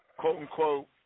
quote-unquote